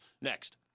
next